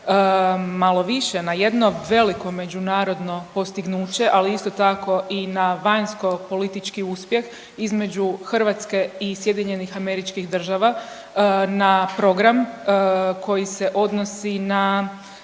malo više na jedno veliko međunarodno postignuće, ali isto tako i na vanjsko politički uspjeh između Hrvatske i SAD-a na program koji se odnosi na